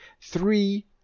Three